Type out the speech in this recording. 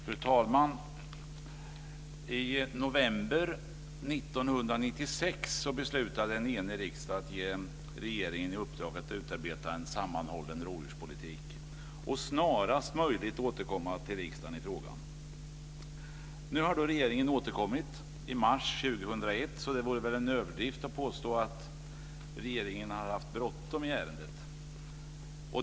Fru talman! I november 1996 beslutade en enig riksdag att ge regeringen i uppdrag att utarbeta en sammanhållen rovdjurspolitik och snarast möjligt återkomma till riksdagen i frågan. Nu har regeringen återkommit i mars 2001, så det vore väl en överdrift att påstå att regeringen har haft bråttom i ärendet.